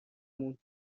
موند